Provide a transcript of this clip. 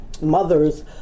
mothers